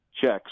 checks